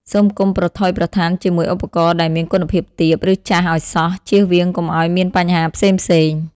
សូមកុំប្រថុយប្រថានជាមួយឧបករណ៍ដែលមានគុណភាពទាប ឬចាស់អោយសោះ ជៀសវៀងកុំអោយមានបញ្ហាផ្សេងៗ។